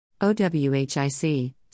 O-W-H-I-C